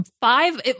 Five